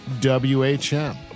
WHM